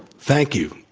thank you.